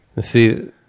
see